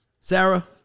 Sarah